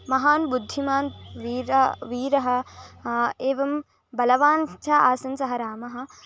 महान् बुद्धिमान् वीरः वीरः एवं बलवान् च आसन् सः रामः